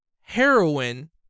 heroin